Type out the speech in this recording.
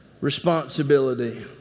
responsibility